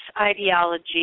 ideology